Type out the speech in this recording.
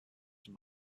from